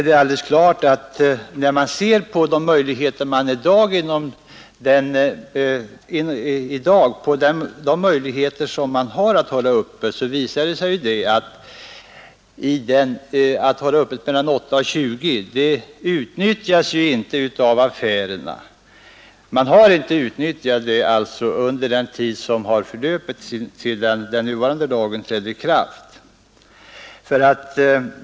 Det visar sig att den möjlighet som i dag finns att hålla affärerna öppna mellan klockan 8 och klockan 20 inte utnyttjats under den tid som har förflutit sedan den nuvarande lagen trädde i kraft.